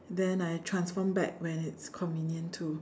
then I transform back when it's convenient to